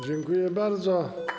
Dziękuję bardzo.